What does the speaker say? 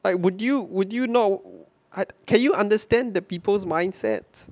like would you would you know I can you understand the people's mindsets